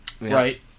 right